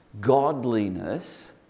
Godliness